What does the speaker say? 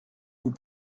vous